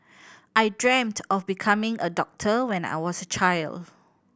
I dreamt of becoming a doctor when I was a child